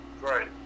right